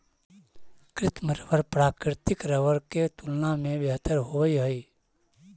कृत्रिम रबर प्राकृतिक रबर के तुलना में बेहतर होवऽ हई